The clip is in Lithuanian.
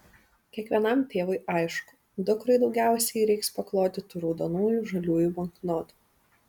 kiekvienam tėvui aišku dukrai daugiausiai reiks pakloti tų raudonųjų žaliųjų banknotų